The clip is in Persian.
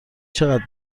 چقدر